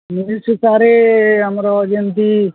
meals ଉପରେ ଆମର ଯେମିତି